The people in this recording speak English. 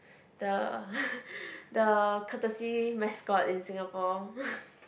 the the courtesy mascot in Singapore